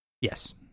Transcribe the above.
Yes